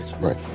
right